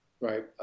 right